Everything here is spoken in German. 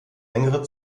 längere